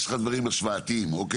יש לך דברים השוואתיים, אוקיי.